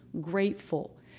grateful